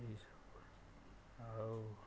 ଏହିସବୁ ଆଉ